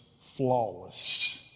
flawless